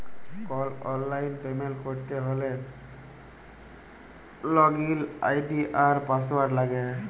call অললাইল payment ক্যরতে হ্যলে লগইল আই.ডি আর পাসঅয়াড় লাগে